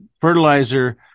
fertilizer